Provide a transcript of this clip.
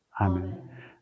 Amen